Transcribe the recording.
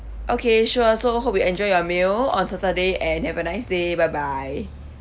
okay sure so hope you enjoy your meal on saturday and have a nice day bye bye